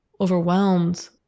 overwhelmed